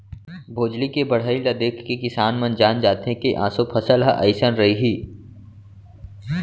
भोजली के बड़हई ल देखके किसान मन जान जाथे के ऑसो फसल ह अइसन रइहि